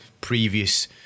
previous